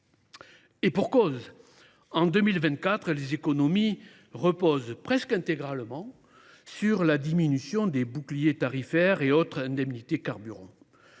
Et pour cause ! En 2024, les économies reposent presque intégralement sur la diminution des boucliers tarifaires et autres indemnités carburant.